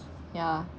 ya